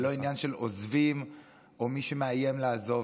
זה לא עניין של עוזבים או מי שמאיים לעזוב,